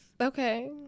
Okay